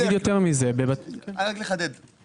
כרגע